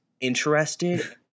interested